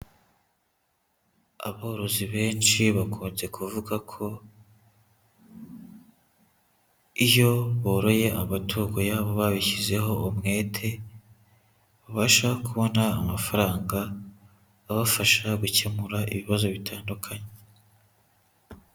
Aborozi benshi bakunze kuvuga ko iyo boroye amatungo yabo babishyizeho umwete, babasha kubona amafaranga abafasha gukemura ibibazo bitandukanye.